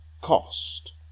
cost